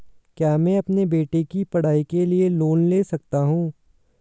क्या मैं अपने बेटे की पढ़ाई के लिए लोंन ले सकता हूं?